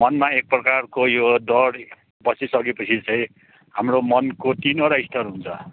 मनमा एक प्रकारको यो डर बसिसकेपछि चाहिँ हाम्रो मनको तिनवटा स्तर हुन्छ